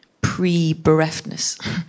pre-bereftness